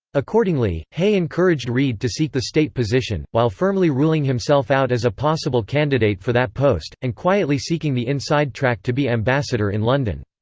accordingly, hay encouraged reid to seek the state position, while firmly ruling himself out as a possible candidate for that post, and quietly seeking the inside track to be ambassador in london.